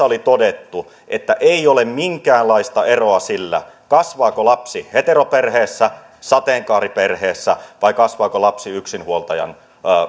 oli todettu että ei ole minkäänlaista eroa siinä kasvaako lapsi heteroperheessä sateenkaariperheessä vai kasvaako lapsi yksinhuoltajan